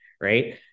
Right